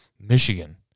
Michigan